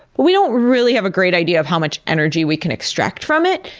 we don't really have a great idea of how much energy we can extract from it,